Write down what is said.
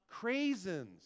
craisins